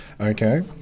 Okay